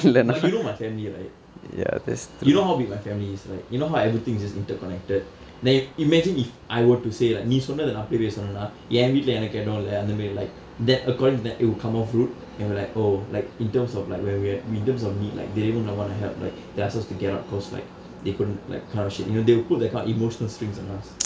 but you know my family right you know how big my family is right you know how everything's is just interconnected then imagine if I were to say like நீ சொன்னதை நான் போய் சொன்னனா என் வீட்டில எனக்கு இடம் இல்ல அந்த மாதிரி:nii sonnathai naan poi sonnanaa en vittila enakku idam illa antha mathiri like that according to them it will come off rude and we're like oh like in terms of like when we're in terms of need like they didn't want to help like they ask us to get out cause like they couldn't like kind of shit you know they will put that kind of emotional strings on us